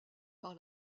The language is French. par